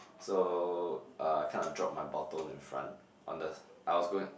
so uh I kinda drop my bottle in front on the I was going